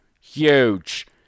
Huge